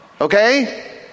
okay